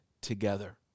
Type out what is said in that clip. together